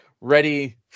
ready